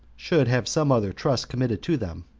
should have some other trust committed to them.